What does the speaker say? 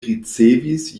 ricevis